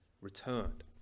returned